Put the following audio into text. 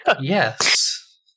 Yes